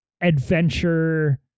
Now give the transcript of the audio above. adventure